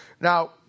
Now